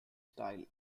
style